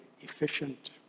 efficient